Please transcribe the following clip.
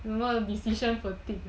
remember decision fatigue ah